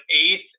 eighth